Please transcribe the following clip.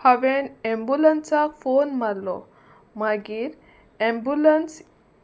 हांवें एमबुलंसाक फोन मारलो मागीर एमबुलंस